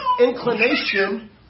inclination